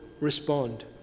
respond